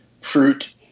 fruit